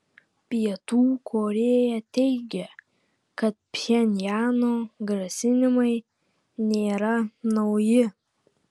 pietų korėja teigia kad pchenjano grasinimai nėra nauji